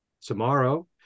tomorrow